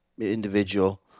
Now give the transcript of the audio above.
individual